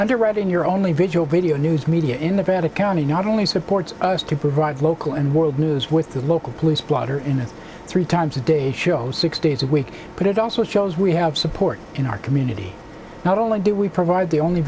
underwriting your only vigil video news media in the bad a county not only supports us to provide local and world news with the local police blotter in it three times a day shows six days a week but it also shows we have support in our community not only do we provide the only